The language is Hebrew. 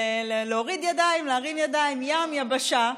להוריד ידיים, להרים ידיים, ים, יבשה.